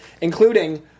including